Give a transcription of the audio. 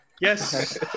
Yes